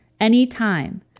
anytime